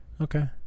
okay